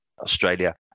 australia